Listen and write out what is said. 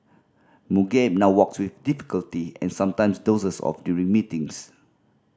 Mugabe now walks with difficulty and sometimes dozes off during meetings